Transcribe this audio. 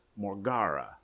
morgara